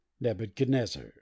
Nebuchadnezzar